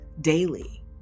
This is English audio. daily